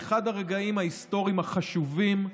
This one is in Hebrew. באחד הרגעים ההיסטוריים החשובים,